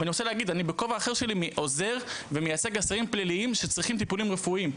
בכובע אחר שלי אני עוזר ומייצג אסירים פליליים שצריכים טיפולים רפואיים,